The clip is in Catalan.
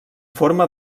forma